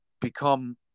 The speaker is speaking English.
become